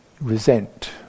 resent